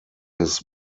his